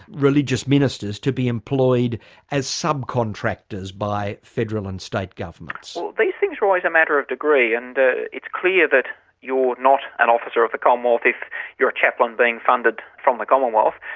religious ministers to be employed as subcontractors by federal and state governments? well, these things are always a matter of degree, and it's clear that you're not an officer of the commonwealth if you're a chaplain being funded from the commonwealth,